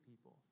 people